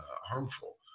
harmful